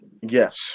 Yes